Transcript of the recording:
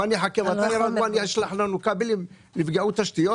לפעמים קוראים לזה הפוגה, לפעמים טפטוף.